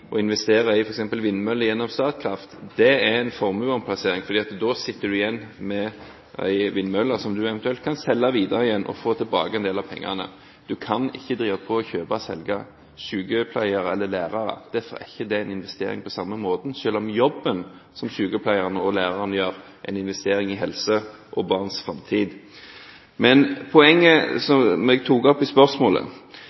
vindmøller gjennom Statkraft er en formue, for da sitter du igjen med en vindmølle som du eventuelt kan selge videre og få tilbake en del av pengene. Du kan ikke drive på og kjøpe og selge sykepleiere eller lærere. Derfor er ikke det en investering på samme måte, selv om jobben som sykepleieren og læreren gjør, er en investering i helse og barns framtid. Poenget som